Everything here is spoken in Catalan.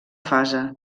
fase